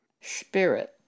spirit